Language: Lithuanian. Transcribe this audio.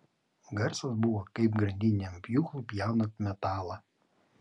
garsas buvo kaip grandininiam pjūklui pjaunant metalą